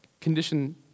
condition